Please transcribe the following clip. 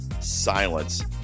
silence